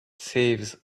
saves